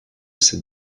ces